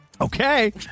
Okay